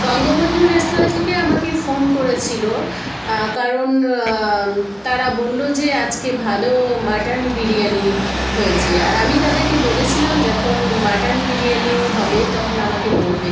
Bangabandhu restaurant থেকে আমাকে phone করেছিল কারণ তারা বলল যে আজকে ভালো মাটন বিরিয়ানি হয়েছে আর আমি তাদেরকে বলেছিলাম যখন মাটন বিরিয়ানি হবে তখন আমাকে বলবেন